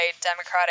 Democratic